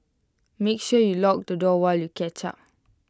make sure you lock the door while you catch up